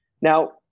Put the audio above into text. Now